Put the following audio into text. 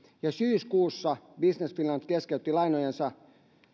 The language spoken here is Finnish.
syyskuussa business finland keskeytti lainojensa